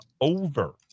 over